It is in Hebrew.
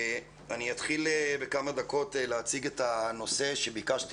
אני אתחיל בכמה דקות להציג את הנושא שביקשתי